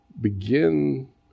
begin